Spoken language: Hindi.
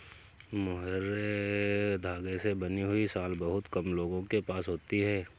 मोहैर धागे से बनी हुई शॉल बहुत कम लोगों के पास होती है